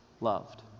loved